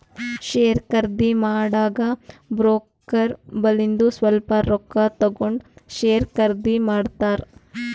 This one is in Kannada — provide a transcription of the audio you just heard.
ಶೇರ್ ಖರ್ದಿ ಮಾಡಾಗ ಬ್ರೋಕರ್ ಬಲ್ಲಿಂದು ಸ್ವಲ್ಪ ರೊಕ್ಕಾ ತಗೊಂಡ್ ಶೇರ್ ಖರ್ದಿ ಮಾಡ್ತಾರ್